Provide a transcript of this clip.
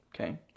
okay